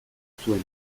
zuen